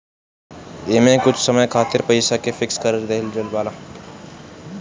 एमे कुछ समय खातिर पईसा के फिक्स कर देहल जाला